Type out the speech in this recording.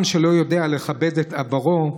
עם שלא יודע לכבד את עברו,